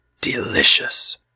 Delicious